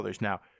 Now